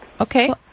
Okay